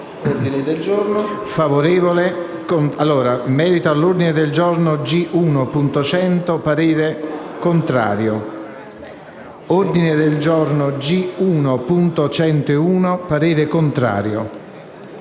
ordini del giorno